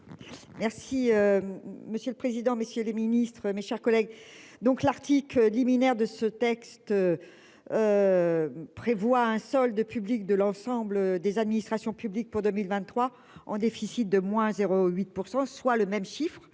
Merci. Monsieur le président, messieurs les ministres, mes chers collègues. Donc l'article liminaire de ce texte. Prévoit un solde public de l'ensemble des administrations publiques pour 2023. En déficit de moins 0 8 % soit le même chiffre